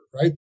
right